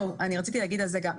רציתי להגיד גם על זה משהו.